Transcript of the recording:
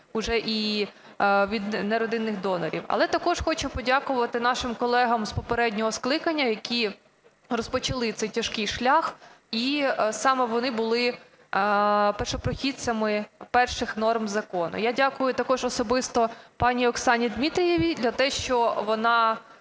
вже і від неродинних донорів. Але також хочу подякувати нашим колегам з попереднього скликання, які розпочали цей тяжкий шлях, і саме вони були першопрохідцями перших норм закону. Я дякую також особисто пані Оксані Дмитрієвій за те, що вона